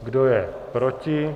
Kdo je proti?